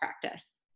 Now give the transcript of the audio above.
practice